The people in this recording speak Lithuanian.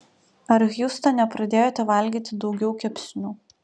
ar hjustone pradėjote valgyti daugiau kepsnių